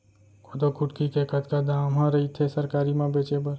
कोदो कुटकी के कतका दाम ह रइथे सरकारी म बेचे बर?